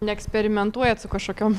neeksperimentuojat su kažkokiom